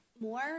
more